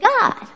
God